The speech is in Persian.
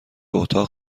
اتاق